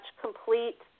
complete